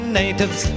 natives